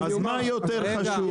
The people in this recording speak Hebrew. אז מה יותר חשוב?